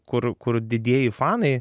kur kur didieji fanai